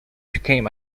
became